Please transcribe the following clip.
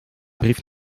brief